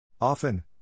Often